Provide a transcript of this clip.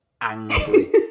angry